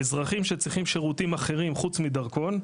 האזרחים שצריכים שירותים אחרים חוץ מדרכון,